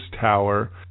Tower